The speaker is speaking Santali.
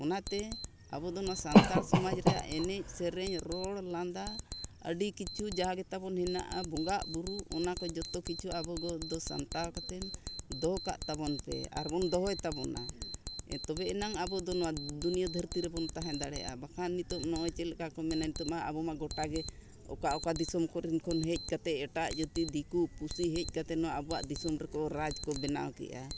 ᱚᱱᱟᱛᱮ ᱟᱵᱚ ᱫᱚ ᱱᱚᱣᱟ ᱥᱟᱱᱛᱟᱲ ᱥᱚᱢᱟᱡᱽ ᱨᱮᱭᱟᱜ ᱮᱱᱮᱡ ᱥᱮᱨᱮᱧ ᱨᱚᱲ ᱞᱟᱸᱫᱟ ᱟᱹᱰᱤ ᱠᱤᱪᱷᱩ ᱡᱟᱦᱟᱸ ᱜᱮᱛᱟᱵᱚᱱ ᱦᱮᱱᱟᱜᱼᱟ ᱵᱚᱸᱜᱟᱜᱼᱵᱩᱨᱩᱜ ᱚᱱᱟ ᱠᱚ ᱡᱚᱛᱚ ᱠᱤᱪᱷᱩ ᱟᱵᱚ ᱫᱚ ᱥᱟᱢᱴᱟᱣ ᱠᱟᱛᱮ ᱫᱚᱦᱚ ᱠᱟᱜ ᱛᱟᱵᱚᱱ ᱯᱮ ᱟᱨᱵᱚᱱ ᱫᱚᱦᱚᱭ ᱛᱟᱵᱚᱱᱟ ᱛᱚᱵᱮ ᱮᱱᱟᱝ ᱟᱵᱚ ᱫᱚ ᱱᱚᱣᱟ ᱫᱩᱱᱤᱭᱟᱹ ᱫᱷᱟᱹᱨᱛᱤ ᱨᱮᱵᱚᱱ ᱛᱟᱦᱮᱸ ᱫᱟᱲᱮᱭᱟᱜᱼᱟ ᱵᱟᱠᱷᱟᱱ ᱱᱤᱛᱚᱜ ᱱᱚᱜᱼᱚᱭ ᱪᱮᱫ ᱞᱮᱠᱟ ᱠᱚ ᱢᱮᱱᱟ ᱱᱤᱛᱚᱜ ᱢᱟ ᱟᱵᱚ ᱢᱟ ᱜᱳᱴᱟ ᱜᱮ ᱚᱠᱟ ᱚᱠᱟ ᱫᱤᱥᱚᱢ ᱠᱚᱨᱮ ᱠᱷᱚᱱ ᱦᱮᱡ ᱠᱟᱛᱮᱫ ᱮᱴᱟᱜ ᱡᱟᱹᱛᱤ ᱫᱤᱠᱩ ᱯᱩᱥᱤ ᱦᱮᱡ ᱠᱟᱛᱮᱫ ᱱᱚᱣᱟ ᱟᱵᱚᱣᱟᱜ ᱫᱤᱥᱚᱢ ᱨᱮᱠᱚ ᱨᱟᱡᱽ ᱠᱚ ᱵᱮᱱᱟᱣ ᱠᱮᱫᱟ